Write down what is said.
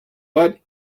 but